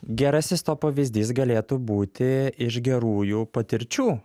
gerasis to pavyzdys galėtų būti iš gerųjų patirčių